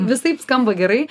visaip skamba gerai